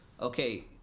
Okay